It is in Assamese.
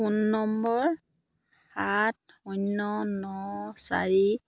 ফোন নম্বৰ সাত শূন্য ন চাৰি